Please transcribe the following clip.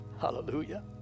hallelujah